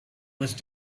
must